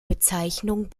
bezeichnung